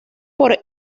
por